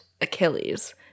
Achilles